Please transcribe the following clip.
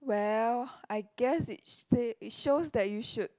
well I guess it say it shows that you should